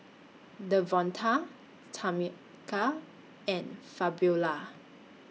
Devonta Tamica and Fabiola